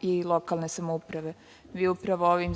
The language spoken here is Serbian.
i lokalne samouprave. Vi upravo ovim